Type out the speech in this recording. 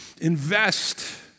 invest